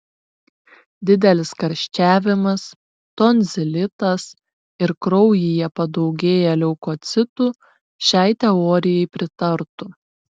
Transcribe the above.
didelis karščiavimas tonzilitas ir kraujyje padaugėję leukocitų šiai teorijai pritartų